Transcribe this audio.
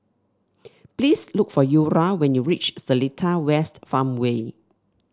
please look for Eura when you reach Seletar West Farmway